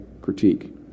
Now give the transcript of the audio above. critique